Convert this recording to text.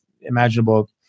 imaginable